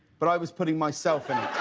but i was putting myself and